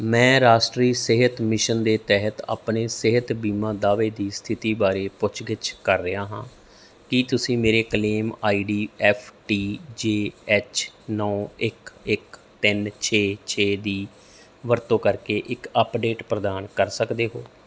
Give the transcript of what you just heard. ਮੈਂ ਰਾਸ਼ਟਰੀ ਸਿਹਤ ਮਿਸ਼ਨ ਦੇ ਤਹਿਤ ਆਪਣੇ ਸਿਹਤ ਬੀਮਾ ਦਾਅਵੇ ਦੀ ਸਥਿਤੀ ਬਾਰੇ ਪੁੱਛ ਗਿੱਛ ਕਰ ਰਿਹਾ ਹਾਂ ਕੀ ਤੁਸੀਂ ਮੇਰੇ claim ID F T J H ਨੌਂ ਇੱਕ ਇੱਕ ਤਿੰਨ ਛੇ ਛੇ ਦੀ ਵਰਤੋਂ ਕਰਕੇ ਇੱਕ ਅੱਪਡੇਟ ਪ੍ਰਦਾਨ ਕਰ ਸਕਦੇ ਹੋ